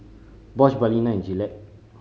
Bosch Balina and Gillette